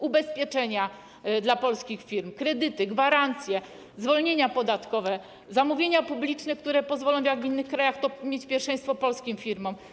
Ubezpieczenia dla polskich firm, kredyty, gwarancje, zwolnienia podatkowe, zamówienia publiczne, które pozwolą, jak w innych krajach, mieć pierwszeństwo polskim firmom.